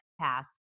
Pass